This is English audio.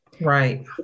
Right